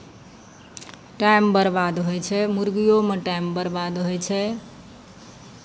time बरबाद होइ छै मुरगिओमे टाइम बरबाद होइ छै